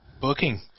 booking